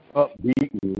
upbeat